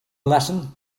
lesson